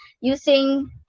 using